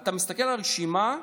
אתה מסתכל על הרשימה,